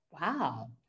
wow